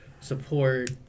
support